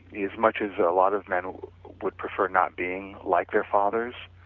yeah as much as a lot of men would prefer not being like their fathers,